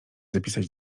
zapisać